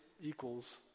equals